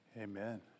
Amen